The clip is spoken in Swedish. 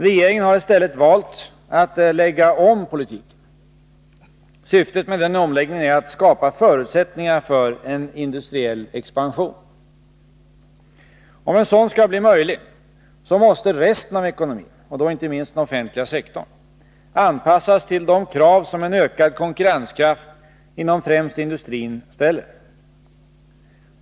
Regeringen har i stället valt att lägga om politiken. Syftet med den omläggningen är att skapa förutsättningar för en industriell expansion. Om en sådan skall bli möjlig måste resten av ekonomin — och då inte minst den offentliga sektorn — anpassas till de krav som en ökad konkurrenskraft inom främst industrin ställer.